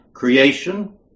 Creation